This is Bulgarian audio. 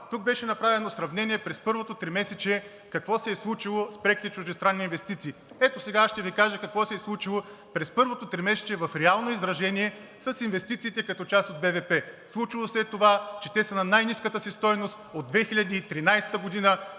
Тук беше направено сравнение през първото тримесечие какво се е случило с преките чуждестранни инвестиции. Ето сега аз ще Ви кажа какво се е случило през първото тримесечие в реално изражение с инвестициите, като част от БВП. Случило се е това, че те са на най-ниската си стойност от 2013 г.,